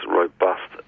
robust